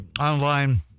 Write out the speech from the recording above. online